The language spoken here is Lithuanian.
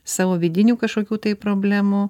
savo vidinių kašokių tai problemų